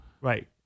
Right